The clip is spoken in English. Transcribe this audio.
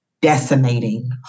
decimating